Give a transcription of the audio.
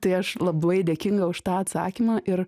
tai aš labai dėkinga už tą atsakymą ir